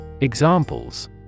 Examples